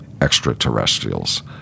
extraterrestrials